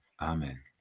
Amen